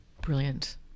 Brilliant